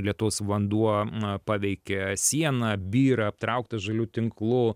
lietaus vanduo a paveikė sieną byra aptraukta žaliu tinklu